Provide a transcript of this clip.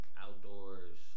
outdoors